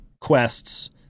quests